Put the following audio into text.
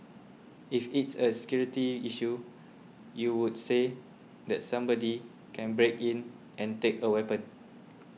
if it's a security issue you would say that somebody can break in and take a weapon